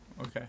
Okay